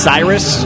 Cyrus